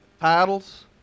Titles